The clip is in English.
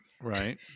Right